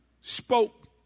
spoke